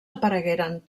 aparegueren